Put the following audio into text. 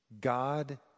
God